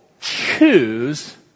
choose